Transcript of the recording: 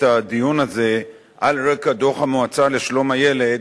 הדיון הזה על רקע דוח המועצה לשלום הילד,